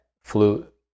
flute